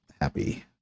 happy